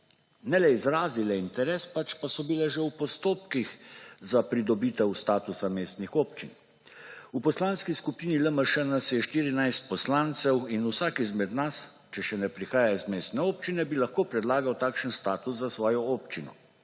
ne le izrazile interes, pač pa so bile že v postopkih za pridobitev statusa mestnih občin. V Poslanski skupini LMŠ nas je 14 poslancev in vsak izmed nas, če še ne prihaja iz mestne občine, bi lahko predlagal takšen status za svojo občino.